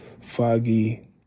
foggy